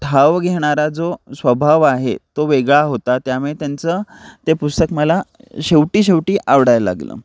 ठाव घेणारा जो स्वभाव आहे तो वेगळा होता त्यामुळे त्यांचं ते पुस्तक मला शेवटी शेवटी आवडायला लागलं